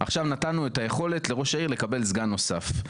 עכשיו נתנו את היכולת לראש העיר לקבל סגן נוסף,